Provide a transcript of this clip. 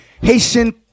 Haitian